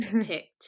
picked